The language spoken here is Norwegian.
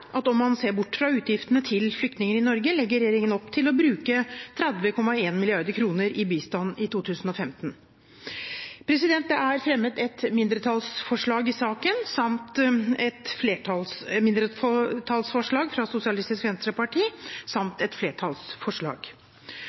at om man ser bort fra utgiftene til flyktninger i Norge, legger regjeringen opp til å bruke 30,1 mrd. kr i bistand i 2015. Det er fremmet et mindretallsforslag i saken fra Sosialistisk Venstreparti samt et